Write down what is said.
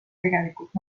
tegelikult